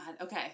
Okay